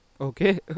Okay